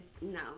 no